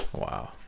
Wow